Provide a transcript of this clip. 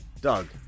Doug